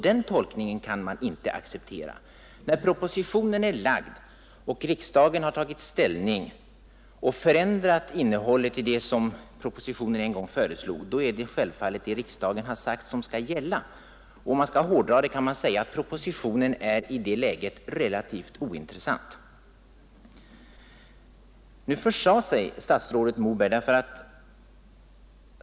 Den tolkningen kan man inte acceptera. När propositionen är lagd och riksdagen tagit ställning och förändrat innehållet i det som propositionen en gång föreslog, är det naturligtvis vad riksdagen har sagt som skall gälla. Om man skall hårdra det kan man säga att propositionen i det läget är relativt ointressant! Nu försade sig också statsrådet Moberg.